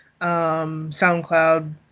SoundCloud